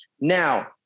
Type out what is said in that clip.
Now